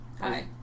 hi